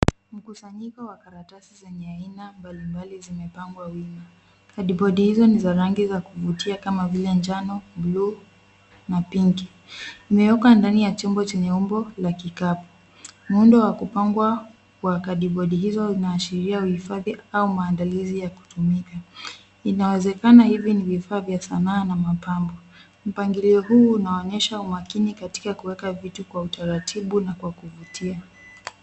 Mkusanyiko wa karatasi zenye aina mbalimbali zimepangwa wima. Kadibodi hizo ni za rangi za kuvutia kama vile njano, buluu na pinki. Zimewekwa ndani ya chombo chenye umbo la kikapu. Muundo wa kupangwa kwa kadibodi hizo unaashiria uhifadhi au maandalizi ya kutumika. Inawezekana hivi ni vifaa vya sanaa au mapambo. Mpangilio huu unaonyesha umaakini katika kuweka vitu kwa taratibu na kwa kuvutia.